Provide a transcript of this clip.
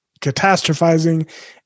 catastrophizing